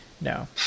no